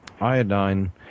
iodine